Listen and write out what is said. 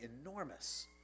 enormous